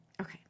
Okay